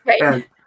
Right